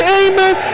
amen